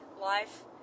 life